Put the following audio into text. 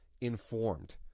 informed